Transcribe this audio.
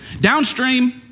Downstream